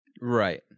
right